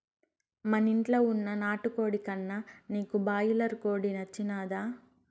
మనింట్ల వున్న నాటుకోడి కన్నా నీకు బాయిలర్ కోడి నచ్చినాదా